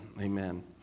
Amen